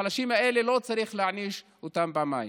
החלשים האלה, לא צריך להעניש אותם פעמיים.